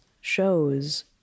shows